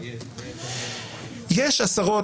יש עשרות,